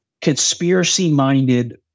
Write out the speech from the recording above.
Conspiracy-minded